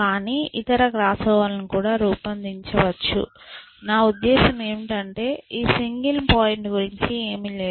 కానీ ఇతర క్రాస్ ఓవర్లను కూడా రూపొందించవచ్చు నా ఉద్దేశ్యం ఏమిటంటే ఈ సింగిల్ పాయింట్ గురించి ఏమీ లేదు